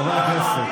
נעבור להצבעה.